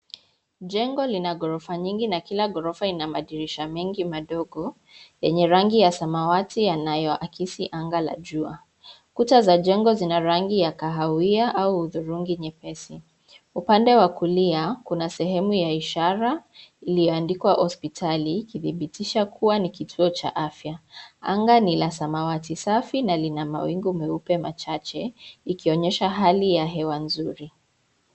Jengo lina ghorofa nyingi na kila ghorofa inabadilisha mengi madogo, yenye rangi ya samawati yanayo akisi anga la jua. Kuta za jengo zina rangi ya kahawia au hudhurungi nyepesi. Upande wa kulia, kuna sehemu ya ishara, iliyoandikwa hospitali ikithibitisha kuwa ni kituo cha afya. Anga ni la samawati safi na lina mawingu meupe machache, ikionyesha hali ya hewa nzuri.